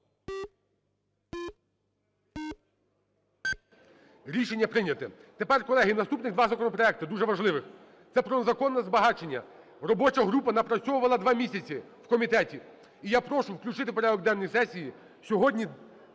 Рішення прийнято. Тепер, колеги, наступних два законопроекти, дуже важливих. Це про незаконне збагачення. Робоча група напрацьовувала 2 місяці в комітеті. І я прошу включити в порядок денний сесії